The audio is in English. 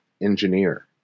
engineer